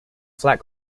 flat